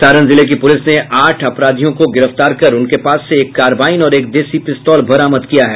सारण जिले की पुलिस ने आठ अपराधियों को गिरफ्तार कर उनके पास से एक कार्रबाइन और एक देशी पिस्तौल बरामद किया है